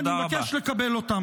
אני מבקש לקבל אותם.